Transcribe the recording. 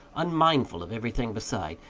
unmindful of everything beside,